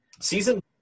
Season